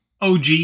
OG